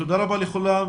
תודה רבה לכולם,